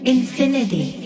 Infinity